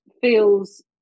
feels